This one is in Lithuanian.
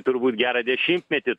turbūt gerą dešimtmetį